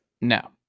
No